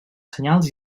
senyals